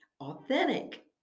authentic